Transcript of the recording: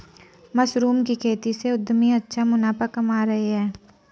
mushroom की खेती से उद्यमी अच्छा मुनाफा कमा रहे हैं